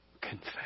confess